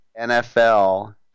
NFL